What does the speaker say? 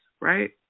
right